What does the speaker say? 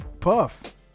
Puff